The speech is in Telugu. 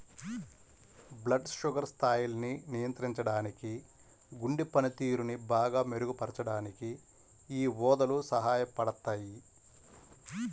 బ్లడ్ షుగర్ స్థాయిల్ని నియంత్రించడానికి, గుండె పనితీరుని బాగా మెరుగుపరచడానికి యీ ఊదలు సహాయపడతయ్యి